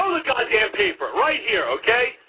ah the goddamn paper right here, okay?